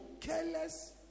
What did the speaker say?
careless